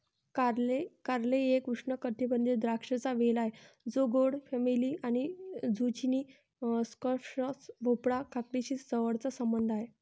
कारले एक उष्णकटिबंधीय द्राक्षांचा वेल आहे जो गोड फॅमिली आणि झुचिनी, स्क्वॅश, भोपळा, काकडीशी जवळचा संबंध आहे